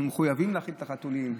אנחנו מחויבים להאכיל את החתולים.